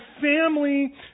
family